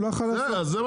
הוא לא יכול לעשות את זה.